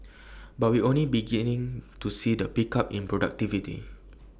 but we only beginning to see the pickup in productivity